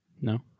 No